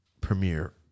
Premiere